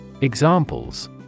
Examples